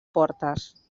portes